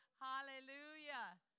Hallelujah